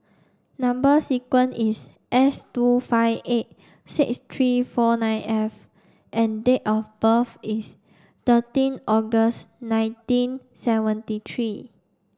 number sequence is S two five eight six three four nine F and date of birth is thirteen August nineteen seventy three